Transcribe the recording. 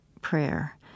prayer